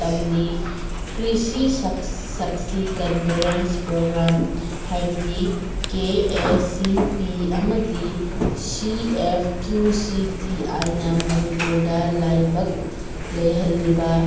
ꯇꯝꯂꯤ Krishi Sakhi convergence programme ꯍꯥꯏꯕꯗꯤ K S C P ꯑꯃꯗꯤ C F Q C T ꯑꯥꯏꯅ ꯃꯅꯤꯄꯨꯔꯗ ꯂꯥꯏꯕꯛ ꯂꯩꯍꯜꯂꯤꯕ